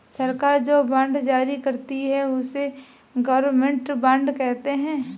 सरकार जो बॉन्ड जारी करती है, उसे गवर्नमेंट बॉन्ड कहते हैं